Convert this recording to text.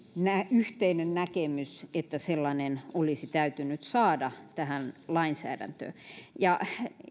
yhteinen näkemys että sellainen olisi täytynyt saada lainsäädäntöön